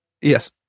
yes